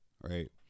right